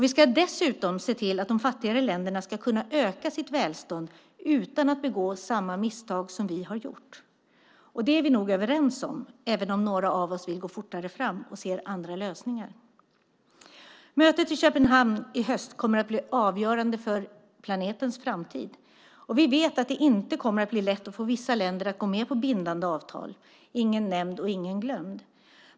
Vi ska dessutom se till att de fattigare länderna ska kunna öka sitt välstånd utan att begå samma misstag som vi har gjort. Det är vi nog överens om, även om några av oss vill gå fortare fram och ser andra lösningar. Mötet i Köpenhamn i höst kommer att bli avgörande för planetens framtid. Vi vet att det inte kommer att bli lätt att få vissa länder att gå med på bindande avtal, ingen nämnd och ingen glömd.